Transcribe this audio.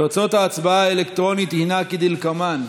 תוצאות ההצבעה האלקטרונית הן כדלקמן,